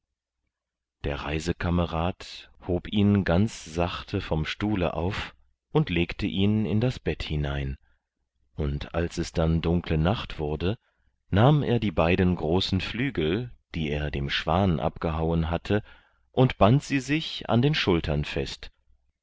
der reisekamerad hob ihn ganz sachte vom stuhle auf und legte ihn in das bett hinein und als es dann dunkle nacht wurde nahm er die beiden großen flügel die er dem schwan abgehauen hatte und band sie sich an den schultern fest